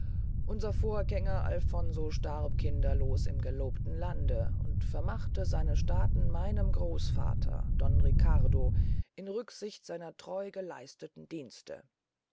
unser vorgänger alfonso starb kinderlos im gelobten lande und vermachte seine staaten meinem großvater don riccardo in rücksicht seiner treugeleisteten dienste